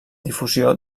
difusió